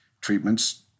Treatments